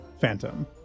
phantom